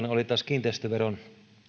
oli taas kiinteistöveron